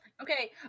okay